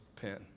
pen